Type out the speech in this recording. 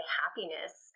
happiness